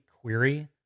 query